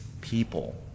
people